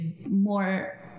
more